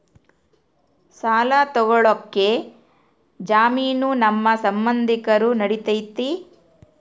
ಸಾಲ ತೊಗೋಳಕ್ಕೆ ಜಾಮೇನು ನಮ್ಮ ಸಂಬಂಧಿಕರು ನಡಿತೈತಿ?